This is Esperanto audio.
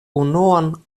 unuan